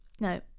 No